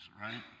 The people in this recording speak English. right